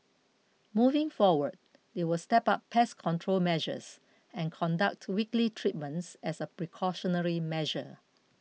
moving forward they will step up pest control measures and conduct weekly treatments as a precautionary measure